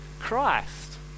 Christ